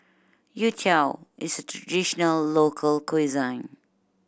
youtiao is a traditional local